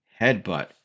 headbutt